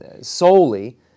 solely